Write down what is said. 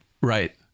Right